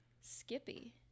Skippy